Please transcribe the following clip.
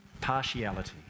partiality